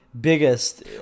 biggest